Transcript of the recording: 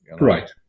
Right